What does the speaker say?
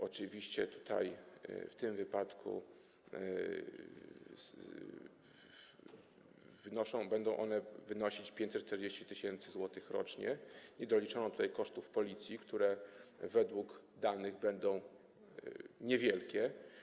Oczywiście w tym wypadku będą one wynosić 540 tys. zł rocznie, nie doliczono tutaj kosztów Policji, które według danych będą niewielkie.